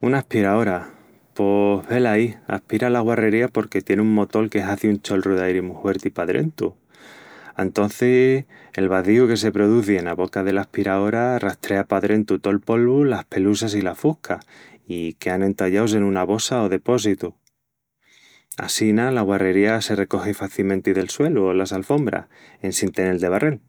Una aspiraora... pos velaí aspira la guarrería porque tien un motol que hazi un cholru d'airi mu huerti pa drentu. Antocis, el vazíu que se produzi ena boca dela aspiraora rastrea pa drentu tol polvu, las pelusas i la fusca, i quean entallaus en una bossa o depósitu. Assina, la guarrería se recogi facimenti del suelu o las alfombras en sin tenel de barrel.